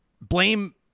blame